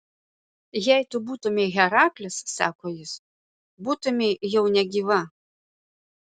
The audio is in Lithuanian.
jei tu būtumei heraklis sako jis būtumei jau negyva